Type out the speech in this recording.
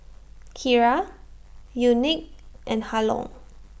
Kyra Unique and Harlon